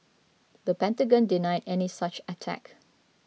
the Pentagon denied any such attack